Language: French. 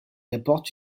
apporte